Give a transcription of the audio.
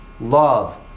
Love